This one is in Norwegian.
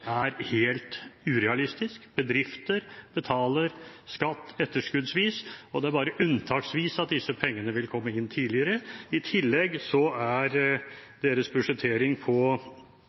er helt urealistisk. Bedrifter betaler skatt etterskuddsvis, og det er bare unntaksvis at disse pengene vil komme inn tidligere. I tillegg er deres budsjettering